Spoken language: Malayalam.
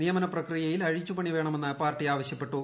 നിയമന പ്രക്രിയയിൽ അഴിച്ചുപണി വേണമെന്ന് പാർട്ടി ആവശ്യപ്പെട്ടു